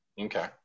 Okay